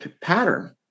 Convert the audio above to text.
pattern